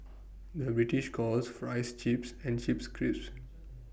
the British calls Fries Chips and Chips Crisps